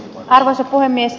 arvoisa puhemies